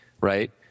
right